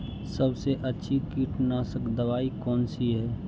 सबसे अच्छी कीटनाशक दवाई कौन सी है?